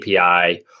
API